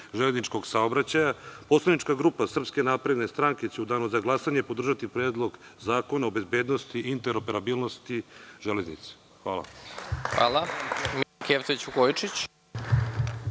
železničkog saobraćaja, poslanička grupa SNS će u danu za glasanje podržati Predlog zakona o bezbednosti i interoperabilnosti železnice. Hvala.